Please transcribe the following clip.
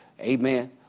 Amen